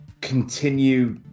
Continue